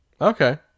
Okay